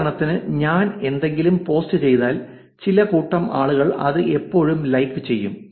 ഉദാഹരണത്തിന് ഞാൻ എന്തെങ്കിലും പോസ്റ്റ് ചെയ്താൽ ചില കൂട്ടം ആളുകൾ അത് എപ്പോഴും ലൈക് ചെയ്യും